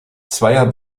zweier